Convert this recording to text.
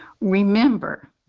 Remember